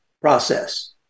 process